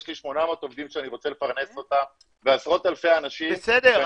יש לי 800 עובדים שאני רוצה לפרנס אותם ועשרות אלפי אנשים שאני